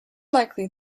likely